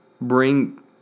bring